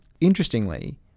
Interestingly